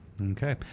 okay